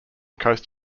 coast